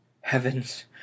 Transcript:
Heavens